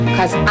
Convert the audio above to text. Cause